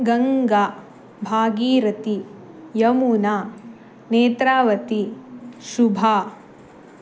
Ganga Bhagirathi Yamuna Netravati Shubha